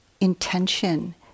intention